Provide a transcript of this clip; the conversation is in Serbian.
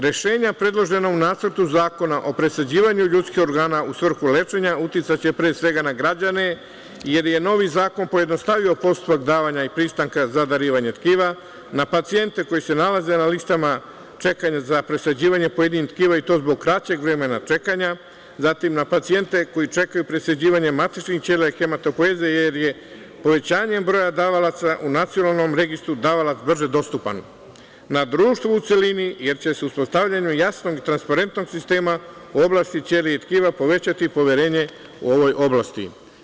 Rešenja predložena u Nacrtu zakona o presađivanju ljudskih organa u svrhu lečenja uticaće, pre svega, na građane, jer je novi zakon pojednostavio postupak davanja i pristanka za darivanje tkiva na pacijente koji se nalaze na listama čekanja za presađivanje pojedinih tkiva i to zbog kraćeg vremena čekanja, zatim na pacijente koji čekaju presađivanje matičnih ćelija i hematopoeze, jer je povećanjem broja davalaca u nacionalnom registru, davalac brže dostupan na društvu u celini, jer će se uspostavljanjem jasnog i transparentnog sistema u oblasti ćelija i tkiva povećati poverenje u ovoj oblasti.